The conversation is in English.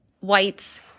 whites